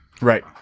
Right